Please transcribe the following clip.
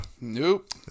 nope